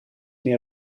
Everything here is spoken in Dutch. meer